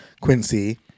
Quincy